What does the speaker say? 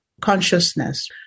consciousness